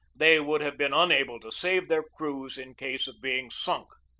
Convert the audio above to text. they would have been unable to save their crews in case of being sunk.